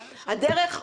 הדרך,